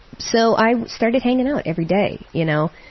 so i started hanging out every day, you know.